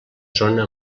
zona